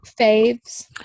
faves